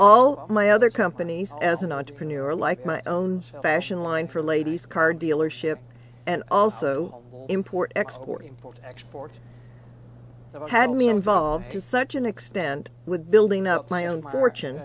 all my other companies as an entrepreneur like my own fashion line for ladies car dealership and also import export import export that had me involved to such an extent with building up my own por